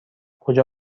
کجا